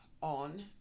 on